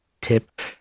tip